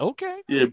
Okay